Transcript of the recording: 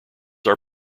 are